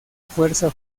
fuerza